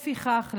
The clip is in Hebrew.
לפיכך,